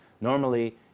Normally